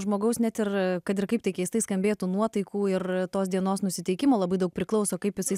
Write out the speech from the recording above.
žmogaus net ir kad ir kaip tai keistai skambėtų nuotaikų ir tos dienos nusiteikimo labai daug priklauso kaip jisai